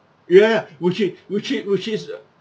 ya ya which is which is which is